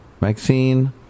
Maxine